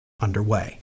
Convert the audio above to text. underway